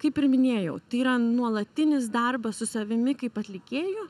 kaip ir minėjau tai yra nuolatinis darbas su savimi kaip atlikėju